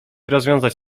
rozwiązać